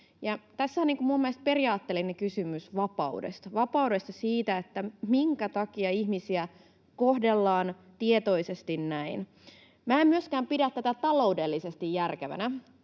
Tässä on minun mielestäni periaatteellinen kysymys vapaudesta, siitä, minkä takia ihmisiä kohdellaan tietoisesti näin. Minä en myöskään pidä tätä taloudellisesti järkevänä.